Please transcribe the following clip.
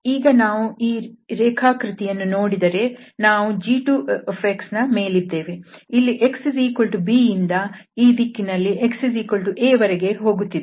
ಈಗ ನಾವು ಈ ರೇಖಾಕೃತಿಯನ್ನು ನೋಡಿದರೆ ನಾವು g2ನ ಮೇಲಿದ್ದೇವೆ ಇಲ್ಲಿ xb ಇಂದ ಈ ದಿಕ್ಕಿನಲ್ಲಿ xa ವರೆಗೆ ಹೋಗುತ್ತಿದ್ದೇವೆ